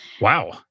Wow